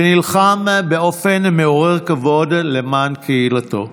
ונלחם באופן מעורר כבוד למען קהילתו.